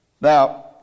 Now